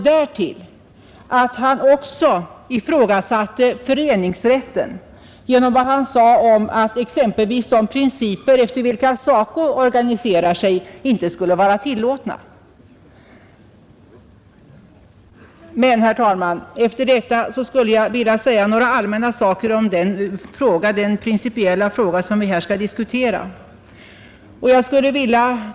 Herr Persson ifrågasatte också föreningsrätten, när han sade att exempelvis de principer efter vilka SACO organiserar sig inte skulle vara tillåtna. Efter detta vill jag också säga några ord om den principiella fråga som vi här diskuterar.